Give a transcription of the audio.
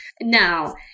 Now